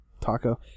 taco